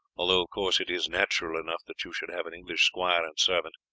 although of course it is natural enough that you should have an english squire and servant.